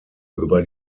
über